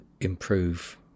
improve